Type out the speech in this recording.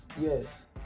Yes